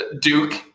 Duke